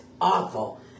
awful